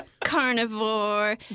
carnivore